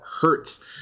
hurts